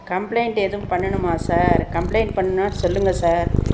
complaint எதுவும் பண்ணணுமா sir complaint பண்ணணுன்னா சொல்லுங்கள சார்